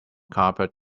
carpet